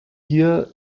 hier